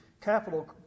capital